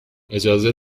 اجازه